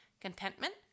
contentment